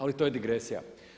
Ali to je digresija.